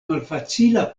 malfacila